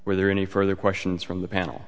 whether any further questions from the panel